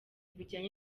bujyanye